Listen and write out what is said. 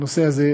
הנושא הזה,